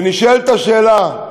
ונשאלת השאלה,